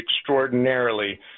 extraordinarily